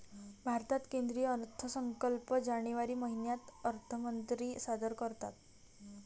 भारतात केंद्रीय अर्थसंकल्प जानेवारी महिन्यात अर्थमंत्री सादर करतात